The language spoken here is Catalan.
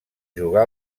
jugar